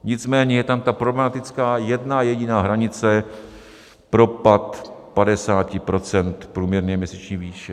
Nicméně je tam ta problematická jedna jediná hranice propad 50 % průměrné měsíční výše.